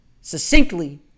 succinctly